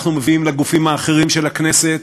אנחנו מביאים לגופים האחרים של הכנסת,